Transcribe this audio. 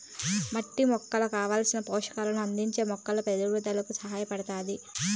మట్టి మొక్కకు కావలసిన పోషకాలను అందించి మొక్కల పెరుగుదలకు సహాయపడుతాది